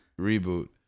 reboot